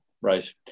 right